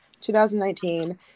2019